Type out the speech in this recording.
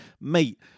mate